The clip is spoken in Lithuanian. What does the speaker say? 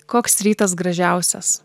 koks rytas gražiausias